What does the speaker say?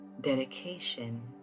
dedication